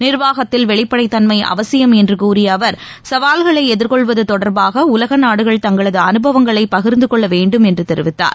நிர்வாகத்தில் வெளிப்படைத்தன்மை அவசியம் என்று கூறிய அவர் சவால்களை எதிர்கொள்வது தொடர்பாக உலக நாடுகள் தங்களது அனுபவங்களை பகிரந்து கொள்ள வேண்டும் என்று தெரிவித்தார்